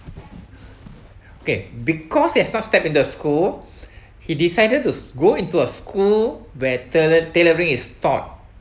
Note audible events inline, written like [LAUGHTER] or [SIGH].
okay because he has not stepped in the school [BREATH] he decided to go into a school where talent tailoring is taught